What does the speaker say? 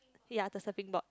yea the surfing board